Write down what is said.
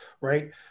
right